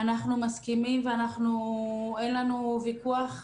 אנחנו מסכימים ואין לנו ויכוח,